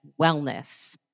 wellness